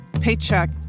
paycheck